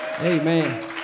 Amen